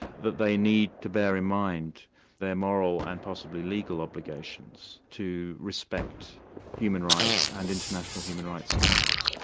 that they need to bear in mind their moral and possibly legal obligations, to respect human rights and international human rights standards.